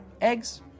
Eggs